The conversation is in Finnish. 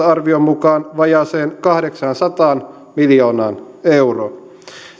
arvion mukaan vajaaseen kahdeksaansataan miljoonaan euroon